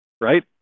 right